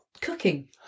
cooking